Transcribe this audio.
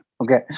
okay